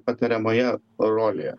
patariamoje rolėje